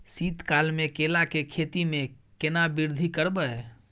शीत काल मे केला के खेती में केना वृद्धि करबै?